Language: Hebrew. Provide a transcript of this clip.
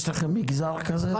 יש לכם מגזר כזה בבנק?